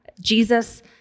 Jesus